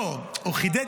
אני לא יכול להקשיב,